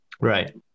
Right